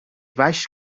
baix